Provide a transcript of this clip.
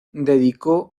dedicó